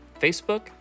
Facebook